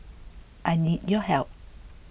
I need your help